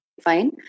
fine